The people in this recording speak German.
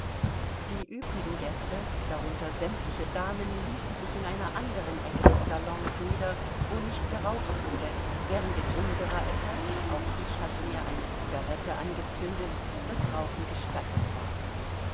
die übrigen gäste darunter sämtliche damen ließen sich in einer anderen ecke des salons nieder wo nicht geraucht wurde während in unserer ecke auch ich hatte mir eine cigarette angezündet das rauchen gestattet war